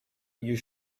you